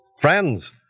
Friends